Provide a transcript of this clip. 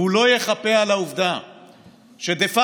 והוא לא יחפה על העובדה שדה-פקטו,